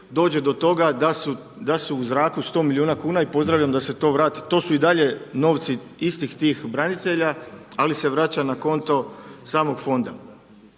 dođe do toga da su u zraku 100 milijuna kuna i pozdravljam da se to vrati. To su i dalje novci istih tih branitelja, ali se vraća na konto samog Fonda.